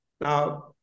now